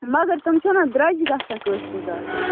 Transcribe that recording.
مگر تِم چھُو نہ درٛۄجہِ گژھان کٲشرِ گاڑٕ حظ